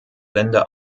länder